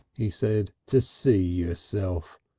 he said, to see yourself.